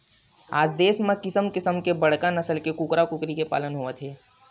आज देस म किसम किसम के बड़का नसल के कूकरा कुकरी के पालन होवत हे